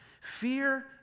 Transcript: Fear